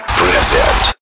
present